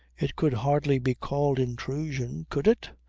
it could hardly be called intrusion could it?